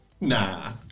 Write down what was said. nah